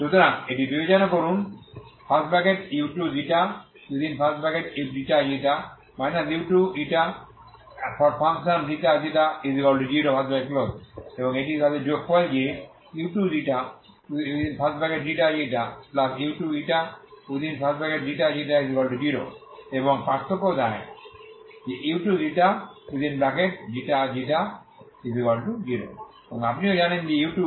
সুতরাং এটি বিবেচনা করুন u2ξξ u2ξξ0 এবং এটি তাদের যোগফল দেয় u2ξξu2ξξ0 এবং পার্থক্য দেয় u2ξξ0 এবং আপনিও জানেন যে u2ξξ0